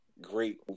great